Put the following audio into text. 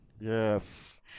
yes